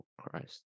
Christ